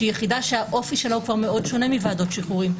שהיא יחידה שהאופי שלה הוא כבר מאוד שונה מוועדות שחרורים.